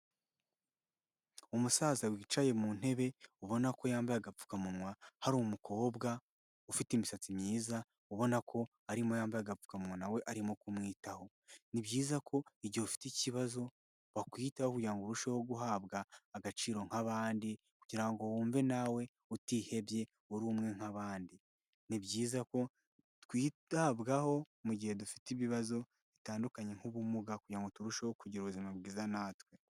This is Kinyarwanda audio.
Umusaza wicaye mu ntebe ubona ko yambaye agapfukamunwa, hari umukobwa ufite imisatsi myiza, ubona ko arimo yambaye agapfukamunwa na we arimo kumwitaho. Ni byiza ko igihe ufite ikibazo wakwiyitaho kugira ngo urusheho guhabwa agaciro nk'abandi, kugira ngo wumve nawe utihebye, uri umwe nka bandi. Ni byiza ko twitabwaho mu gihe dufite ibibazo bitandukanye nk'ubumuga, kugira ngo turusheho kugira ubuzima bwiza natwe.